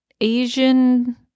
Asian